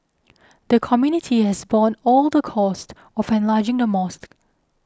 the community has borne all the costs of enlarging the mosque